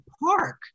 park